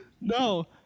No